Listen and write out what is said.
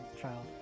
child